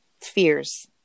fears